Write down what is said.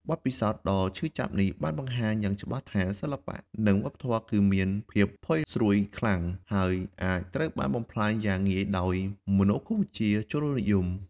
បទពិសោធន៍ដ៏ឈឺចាប់នេះបានបង្ហាញយ៉ាងច្បាស់ថា សិល្បៈ និងវប្បធម៌គឺមាន ភាពផុយស្រួយខ្លាំង ហើយអាចត្រូវបានបំផ្លាញយ៉ាងងាយដោយមនោគមវិជ្ជាជ្រុលនិយម។